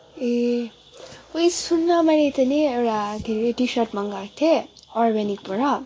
ए ओइ सुन न मैले तैँले एउटा के अरे टी सर्ट मगाएको थिएँ अर्बेनिकबाट